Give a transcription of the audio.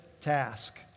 task